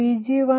ಆಗಿರುವುದು